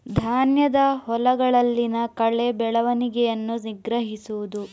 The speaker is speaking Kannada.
ಧಾನ್ಯದ ಹೊಲಗಳಲ್ಲಿನ ಕಳೆ ಬೆಳವಣಿಗೆಯನ್ನು ನಿಗ್ರಹಿಸುವುದು